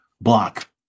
block